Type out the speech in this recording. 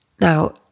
Now